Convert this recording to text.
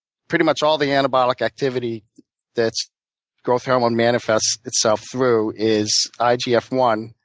pretty much all the anabolic activity that's growth hormone manifests itself through is i g f one,